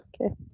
Okay